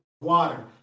water